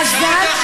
מזל,